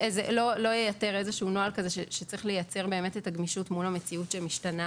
זה לא ייתר איזשהו נוהל שצריך לייצר את הגמישות מול המציאות שמשתנה